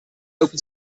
open